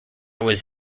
was